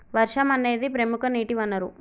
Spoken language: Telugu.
వర్షం అనేదిప్రముఖ నీటి వనరు